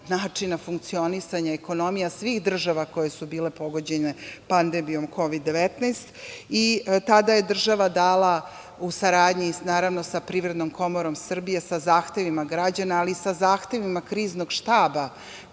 načina funkcionisanja ekonomija svih država koje su bile pogođene pandemijom Kovid 19. Tada je država dala, u saradnji naravno sa Privrednom komorom Srbije, sa zahtevima građana, ali i sa zahtevima Kriznog štaba,